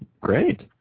great